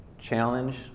challenge